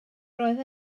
roedd